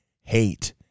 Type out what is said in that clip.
hate